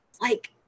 Like-